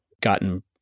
gotten